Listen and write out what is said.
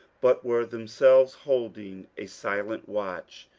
but were themselves holding a silent watch.